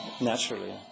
Naturally